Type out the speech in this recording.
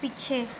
ਪਿੱਛੇ